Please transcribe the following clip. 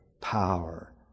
power